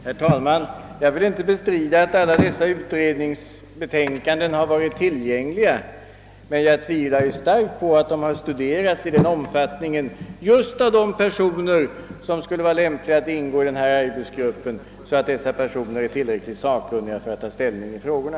Herr talman! Jag vill inte bestrida att alla dessa utredningsbetänkanden har varit tillgängliga, men jag tvivlar starkt på att de har studerats i sådan omfattning just av de personer som skulle vara lämpliga att ingå i denna arbetsgrupp, att dessa är tillräckligt sakkunniga för att ta ställning i frågorna.